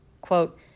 Quote